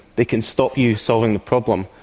they can stop you solving the problem.